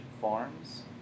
Farms